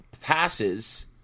passes